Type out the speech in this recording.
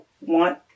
want